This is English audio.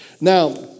Now